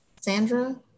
Sandra